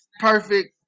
Perfect